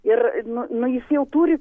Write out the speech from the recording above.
ir nu nu jis jau turi